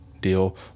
deal